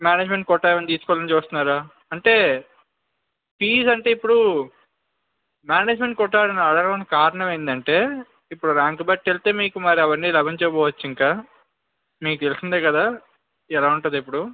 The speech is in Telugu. మేనేజ్మెంట్ కోటా ఏమైనా తీసుకోవాలని చూస్తున్నారా అంటే ఫీజ్ అంటే ఇప్పుడు మేనేజ్మెంట్ కొటా అడగటం కారణం ఏంటంటే ఇప్పుడు ర్యాంకు బట్టి వెళ్తే మీకు మరి అవన్నీ లభించక పోవచ్చు ఇంక మీకు తెలిసిందే కదా ఎలా ఉంటుంది ఇప్పుడు